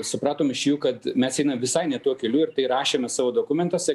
supratom iš jų kad mes einam visai ne tuo keliu ir tai rašėme savo dokumentuose